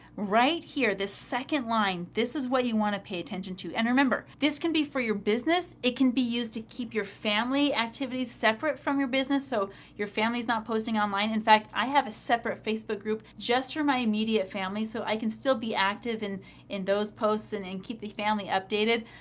right here, this second line, this is what you want to pay attention to. and remember, this can be for your business. it can be used to keep your family activities separate from your business, so your family is not posting online. in fact, i have a separate facebook group just for my immediate family. so i can still be active in in those posts and and keep the family updated.